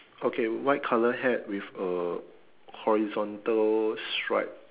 okay white color hat with a horizontal stripe